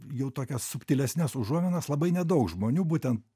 jau tokias subtilesnes užuominas labai nedaug žmonių būtent